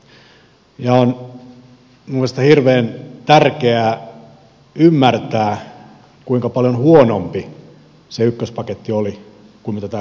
on minun mielestäni hirveän tärkeää ymmärtää kuinka paljon huonompi se ykköspaketti oli kuin mitä tämä kakkospaketti on